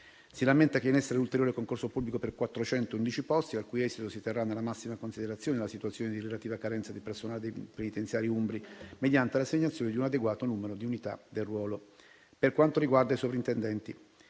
Si rammenta che è in essere un ulteriore concorso pubblico per 411 posti, al cui esito si terrà nella massima considerazione la situazione di relativa carenza di personale dei penitenziari umbri mediante l'assegnazione di un adeguato numero di unità del ruolo. Per quanto riguarda il ruolo dei sovrintendenti,